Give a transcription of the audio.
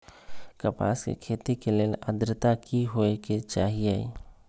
कपास के खेती के लेल अद्रता की होए के चहिऐई?